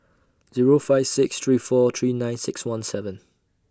Zero five six three four three nine six one seven